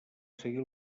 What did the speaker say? seguir